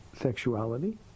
sexuality